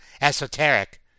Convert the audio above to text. esoteric